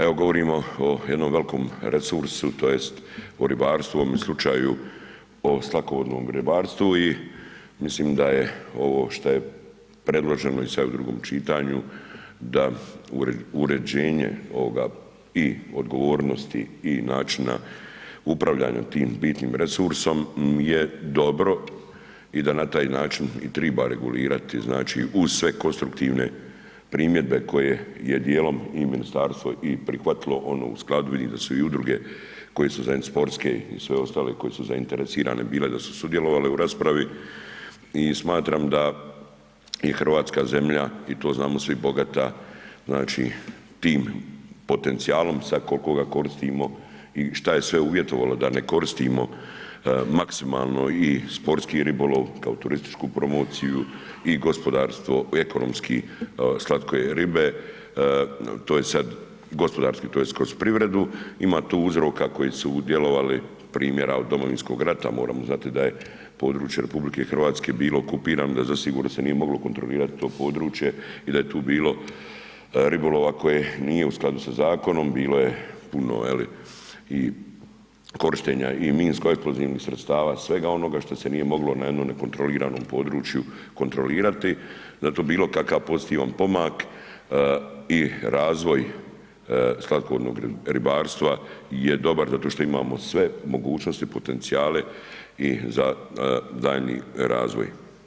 Evo govorimo o jednom velikom resursu, tj. o ribarstvu, u ovome slučaju slatkovodnom ribarstvu i mislim da je ovo šta je predloženo i sad u drugim čitanju da uređenje ovoga i odgovornosti i načina upravljanja tim bitnim resursom je dobro i da na taj način i treba regulirati uz sve konstruktivne primjedbe koje je djelom i ministarstvo i prihvatilo, oni uskladili i da su i druge koje su sportske i sve ostale koje su zainteresirane bile da su sudjelovale u raspravi, i smatram da je Hrvatska zemlja i to znamo svi bogata tim potencijalnom, sad koliko ga koristimo i šta je sve uvjetovalo da ne koristimo maksimalno i sportski ribolov kao turističku promociju i gospodarsko-ekonomski slatke ribe, to je sad gospodarski, tj. kroz privredu, ima tu uzroka koji su djelovali primjera od Domovinskog rata, moramo znati da je područje RH bilo okupirano, da zasigurno se nije moglo kontrolirati to područje i da je tu bilo ribolova koji nije u skladu sa zakonom, bilo je puno i minsko-eksplozivnih sredstva, svega onoga šta se nije moglo na jednome nekontroliranom području kontrolirati, zato bilokakav pozitivan pomak i razvoj slatkovodnog ribarstva je dobar zato što imamo sve mogućnosti, potencijale i za daljnji razvoj.